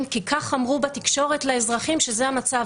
כי כך אמרו בתקשורת לאזרחים שזה המצב.